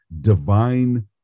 divine